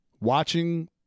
Watching